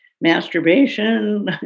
masturbation